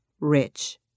rich